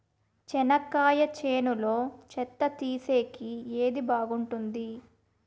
చెనక్కాయ చేనులో చెత్త తీసేకి ఏది బాగుంటుంది?